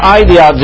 idea